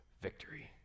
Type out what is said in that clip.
victory